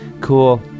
cool